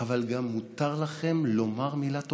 אבל מותר לכם גם לומר מילה טובה.